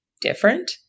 different